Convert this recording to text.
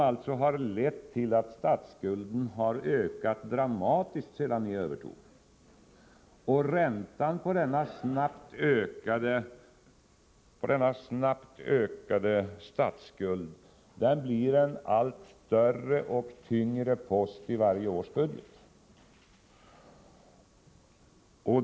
Trots högkonjunktur har statsskulden ökat dramatiskt sedan ni övertog regeringsansvaret. Räntan på denna snabbt ökade statsskuld blir en allt större och tyngre post i varje års budget.